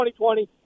2020